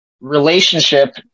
relationship